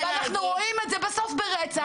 אנחנו רואים את זה בסוף ברצח,